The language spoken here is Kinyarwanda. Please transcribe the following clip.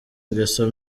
ngeso